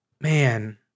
Man